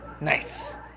Nice